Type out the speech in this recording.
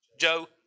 Joe